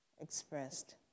expressed